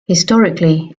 historically